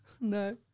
No